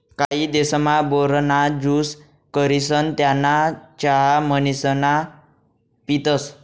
काही देशमा, बोर ना ज्यूस करिसन त्याना चहा म्हणीसन पितसं